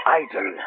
idol